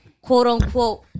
quote-unquote